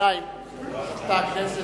כבוד חבר הכנסת